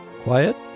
Quiet